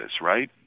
right